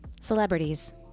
celebrities